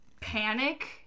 panic